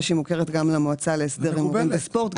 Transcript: שהיא מוכרת גם למועצה להסדר הימורים בספורט,